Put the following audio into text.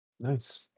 Nice